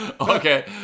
Okay